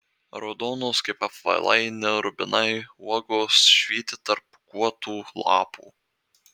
raudonos kaip apvalaini rubinai uogos švyti tarp pūkuotų lapų